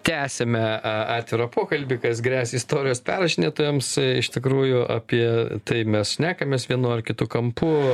tęsiame atvirą pokalbį kas gresia istorijos perrašinėtojams iš tikrųjų apie tai mes šnekamės vienu ar kitu kampu